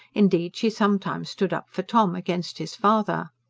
indeed she sometimes stood up for tom, against his father.